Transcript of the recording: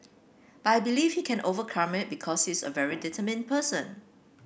but I believe he can overcome it because he's a very determined person